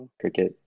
cricket